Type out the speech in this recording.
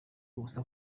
ubusa